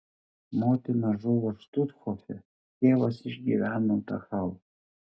motina žuvo štuthofe tėvas išgyveno dachau